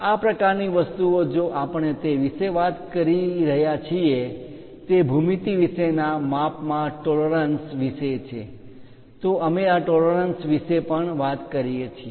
આ પ્રકારની વસ્તુઓ જો આપણે તે વિશે વાત કરી રહ્યા છીએ તે ભૂમિતિ વિશે ના માપમાં ટોલરન્સ પરિમાણ માં માન્ય તફાવત વિશે છે તો અમે આ ટોલરન્સ પરિમાણ માં માન્ય તફાવત વિશે પણ વાત કરીએ છીએ